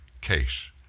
Case